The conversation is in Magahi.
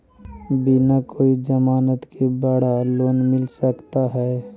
बिना कोई जमानत के बड़ा लोन मिल सकता है?